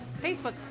Facebook